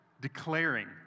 declaring